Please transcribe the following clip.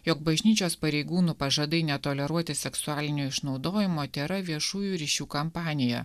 jog bažnyčios pareigūnų pažadai netoleruoti seksualinio išnaudojimo tėra viešųjų ryšių kampanija